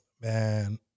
Man